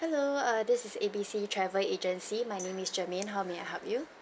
hello err this is ABC travel agency my name is jermaine how may I help you